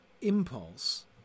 impulse